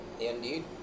Indeed